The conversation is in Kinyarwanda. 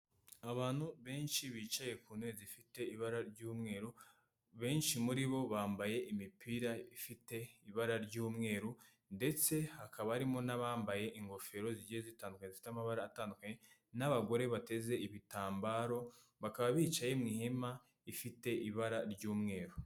Abantu benshi bicaye ku ntebe zifite ibara ry'umweru, benshi muri bo bambaye imipira ifite ibara ry'umweru, ndetse hakaba harimo n'abambaye ingofero zigiye zitandukanye zifite amabara atandukanye n'abagore bateze ibitambaro, bakaba bicaye mu ihema rifite ibara ry'umweru.